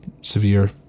severe